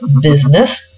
business